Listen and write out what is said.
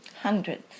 Hundreds